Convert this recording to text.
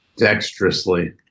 Dexterously